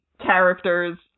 characters